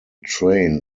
train